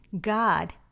God